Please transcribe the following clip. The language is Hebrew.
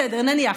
בסדר, נניח.